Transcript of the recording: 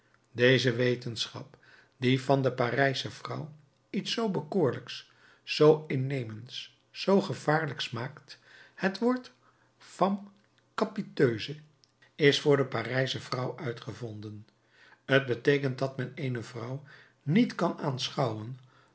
deze wetenschap die van de parijsche vrouw iets zoo bekoorlijks zoo innemends zoo gevaarlijks maakt het woord femme capiteuse is voor de parijsche vrouw uitgevonden t beteekent dat men eene vrouw niet kan aanschouwen